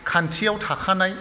खान्थियाव थाखानाय